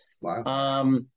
Wow